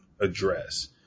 address